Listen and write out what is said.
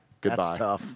Goodbye